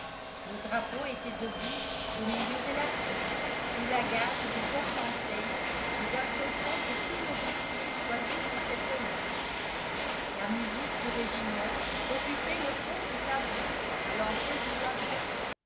le drapeau était debout au milieu de la cour sous la garde du porteenseigne et d'un peloton de sous-officiers choisis pour cet honneur la musique du régiment occupait le fond du tableau à l'entrée du jardin